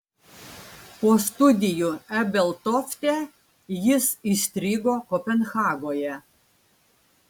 po studijų ebeltofte jis įstrigo kopenhagoje